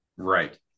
Right